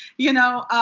you know?